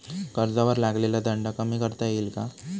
कर्जावर लागलेला दंड कमी करता येईल का?